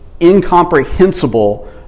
incomprehensible